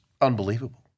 unbelievable